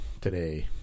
today